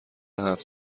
هفت